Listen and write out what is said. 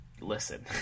listen